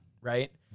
right